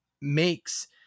makes